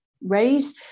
raise